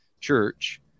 church